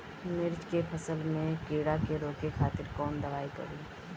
मिर्च के फसल में कीड़ा के रोके खातिर कौन दवाई पड़ी?